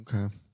Okay